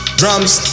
drums